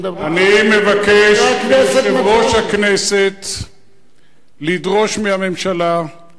אני מבקש מיושב-ראש הכנסת לדרוש מהממשלה להביא